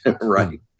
right